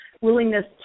willingness